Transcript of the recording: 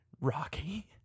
rocky